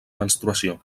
menstruació